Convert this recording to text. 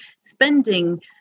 spending